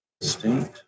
state